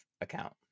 account